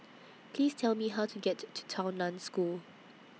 Please Tell Me How to get to to Tao NAN School